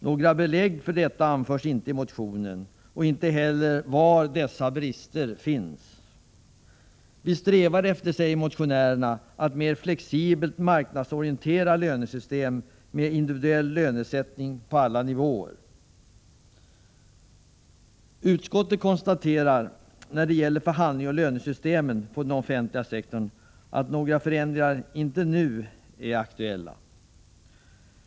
Några belägg för detta anförs inte i motionen och inte heller var dessa brister finns. Vi strävar efter, säger motionärerna, ett mera flexibelt marknadsorienterat lönesystem med individuell lönesättning på alla nivåer. Utskottet konstaterar, när det gäller förhandlingsoch lönesystemet på den offentliga sektorn, att några förändringar inte nu är aktuella.